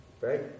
right